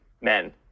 men